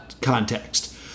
Context